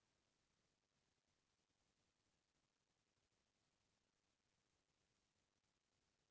मैं पताल ल कोन बजार म बेचहुँ त मोला जादा फायदा मिलही?